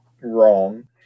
wrong